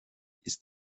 ist